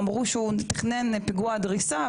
אמרו שהוא תכנן פיגוע דריסה,